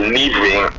leaving